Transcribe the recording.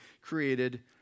created